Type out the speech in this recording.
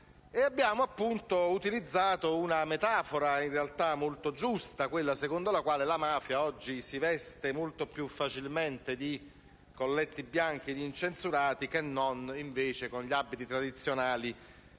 Abbiamo utilizzato una metafora in realtà molto giusta: quella secondo la quale la mafia oggi si veste molto più facilmente di colletti bianchi di incensurati che con gli abiti tradizionali,